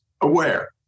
aware